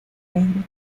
ribeiro